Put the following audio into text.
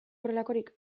horrelakorik